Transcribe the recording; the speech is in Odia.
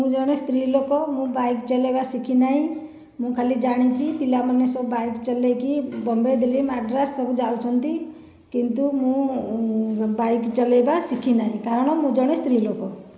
ମୁଁ ଜଣେ ସ୍ତ୍ରୀ ଲୋକ ମୁଁ ବାଇକ୍ ଚଲାଇବା ଶିଖିନାହିଁ ମୁଁ ଖାଲି ଜାଣିଛି ପିଲାମାନେ ସବୁ ବାଇକ୍ ଚଲାଇକି ବମ୍ବେ ଦିଲ୍ଲୀ ମାଡ୍ରାସ ସବୁ ଯାଉଛନ୍ତି କିନ୍ତୁ ମୁଁ ବାଇକ୍ ଚଲାଇବା ଶିଖିନାହିଁ କାରଣ ମୁଁ ଜଣେ ସ୍ତ୍ରୀ ଲୋକ